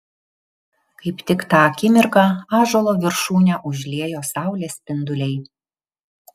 kaip tik tą akimirką ąžuolo viršūnę užliejo saulės spinduliai